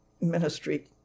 ministry